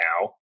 now